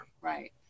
Right